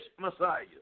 Messiah